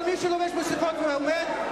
כל מי שלובש מסכות ועומד,